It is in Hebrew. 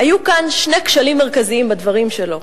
היו כאן שני כשלים מרכזיים בדברים שלו.